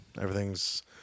everything's